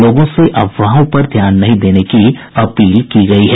लोगों से अफवाहों पर ध्यान नहीं देने की अपील की गयी है